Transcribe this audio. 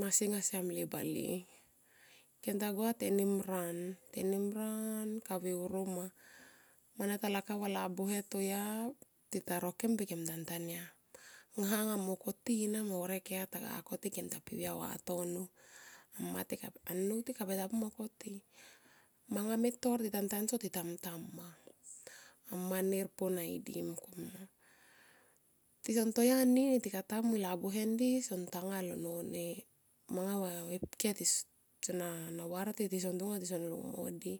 Masi nga siamle bale. Kem tagua tenimran, tenimran kaveuro ma mana ta lakap va labuhe toya tita rokem per kem tamtayam. Ngha nga mo koti nama horek eya taga koti kemta pi uya vatono annou ti kabe ta pu mo koti manga me tor tita pu tanso per tita mungtua amma. Amma nir po naidi mungkomia ma tison ntoyu nini labuhe ndi so tangya lo none manga va e pke so na var ti tison ntonga tson lungmodi.